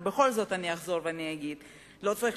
ובכל זאת אני אחזור ואגיד: לא צריך